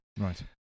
Right